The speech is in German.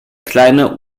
kleiner